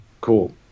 Cool